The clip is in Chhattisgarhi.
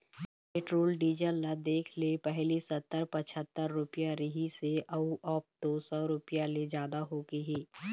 पेट्रोल डीजल ल देखले पहिली सत्तर, पछत्तर रूपिया रिहिस हे अउ अब तो सौ रूपिया ले जादा होगे हे